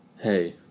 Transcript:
hey